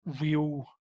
real